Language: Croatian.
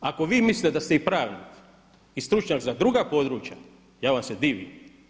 Ako vi mislite da ste i pravnik i stručnjak za druga područja, ja vam se divim.